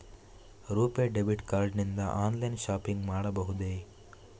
RuPay debit card ನಿಂದ online shopping ಮಾಡಬಹುದೇ?